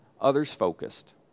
others-focused